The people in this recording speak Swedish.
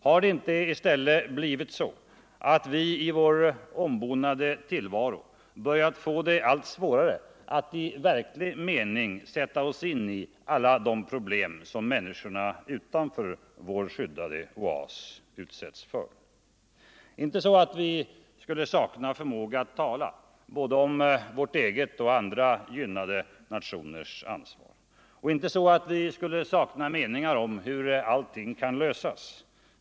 Har det inte i stället blivit så att vi i vår ombonade tillvaro börjat få det svårt att i verklig mening sätta oss in i alla de problem som människorna utanför vår skyddade oas utsätts för? Inte så att vi saknar förmåga att tala, både om vårt eget och om andra gynnade nationers ansvar. Inte så att vi saknar meningar om hur allting skall lösas.